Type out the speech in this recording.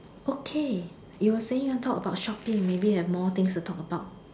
okay you were saying you want talk about shopping maybe you have more things to talk about